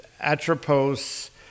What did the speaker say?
atropos